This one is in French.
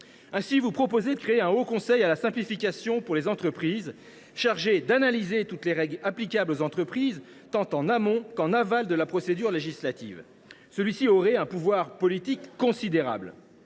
vous proposez de créer un haut conseil à la simplification pour les entreprises. Chargé d’analyser toutes les règles applicables aux entreprises tant en amont qu’en aval de la procédure législative, celui ci aurait un pouvoir politique considérable